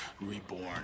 reborn